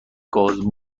گاز